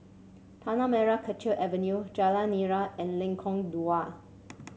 Tanah Merah Kechil Avenue Jalan Nira and Lengkong Dua